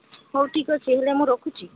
ହଉ ଠିକ ଅଛି ହେଲେ ମୁଁ ରଖୁଛି